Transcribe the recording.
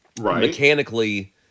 mechanically